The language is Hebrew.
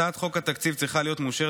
הצעת חוק התקציב צריכה להיות מאושרת